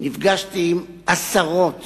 נפגשתי עם עשרות